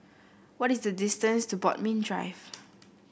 what is the distance to Bodmin Drive